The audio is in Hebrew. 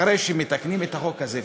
אחרי שמתקנים את החוק הזה,